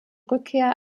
rückkehr